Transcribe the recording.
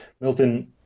Milton